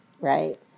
right